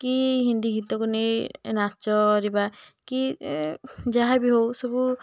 କି ହିନ୍ଦି ଗୀତକୁ ନେଇ ନାଚ କରିବା କି ଯାହା ବି ହେଉ ସବୁ